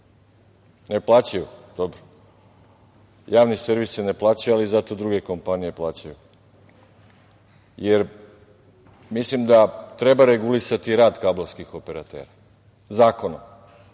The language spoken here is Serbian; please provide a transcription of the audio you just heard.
plaćaju? Dobro, javne servise ne plaćaju, ali zato druge kompanije plaćaju, jer mislim da treba regulisati rad kablovskih operatera zakonom.